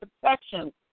protection